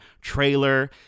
trailer